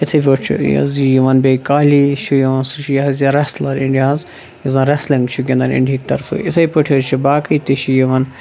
یِتھٕے پٲٹھۍ چھُ یہِ حظ یہِ یِوان بیٚیہِ کالی یُس چھُ یِوان سُہ چھُ یہِ حظ یہِ رَسلَر اِنٛڈیا ہَس یُس زَن ریسلِنٛگ چھُ گِنٛدان اِنڈیِہِکۍ طرفہٕ یِتھٕے پٲٹھۍ حظ چھِ باقٕے تہِ چھِ یِوان